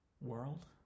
world